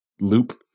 loop